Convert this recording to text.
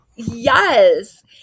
Yes